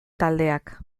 taldeak